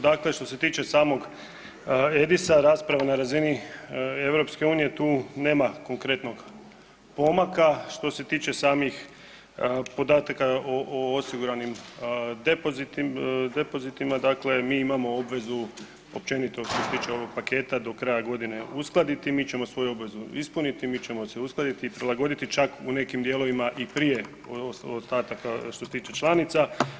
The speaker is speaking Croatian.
Dakle, što se tiče samog EDIS-a rasprava na razini EU tu nema konkretnog pomaka, što se tiče samih podataka o osiguranim depozitima, dakle mi imamo obvezu općenito što se tiče ovog paketa do kraja godine uskladiti i mi ćemo svoju obvezu ispuniti i mi ćemo se uskladiti i prilagoditi čak u nekim dijelovima i prije ostalih što se tiče članica.